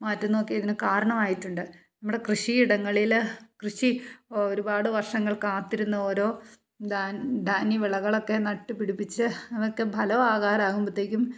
മാറ്റുന്നതൊക്കെ ഇതിന് കാരണമായിട്ടുണ്ട് നമ്മുടെ കൃഷിയിടങ്ങളിൽ കൃഷി ഒരുപാട് വർഷങ്ങൾ കാത്തിരുന്ന ഓരോ ധാന്യ വിളകളൊക്കെ നട്ടുപിടിപ്പിച്ച് അതൊക്കെ ഫലമാകാറാകുമ്പോഴത്തേക്കും